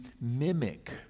mimic